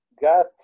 got